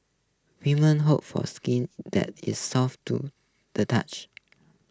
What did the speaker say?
women hope for skin that is soft to the touch